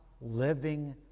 living